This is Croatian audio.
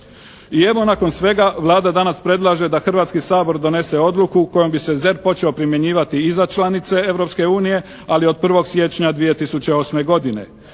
I evo, nakon svega Vlada danas predlaže da Hrvatski sabor donese odluku kojom bi se ZERP počeo primjenjivati i za članice Europske unije ali od 1. siječnja 2008. godine.